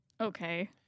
Okay